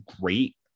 great